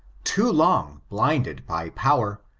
too long blinded by power,